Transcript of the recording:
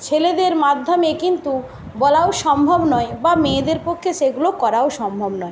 ছেলেদের মাধ্যমে কিন্তু বলাও সম্ভব নয় বা মেয়েদের পক্ষে সেগুলো করাও সম্ভব নয়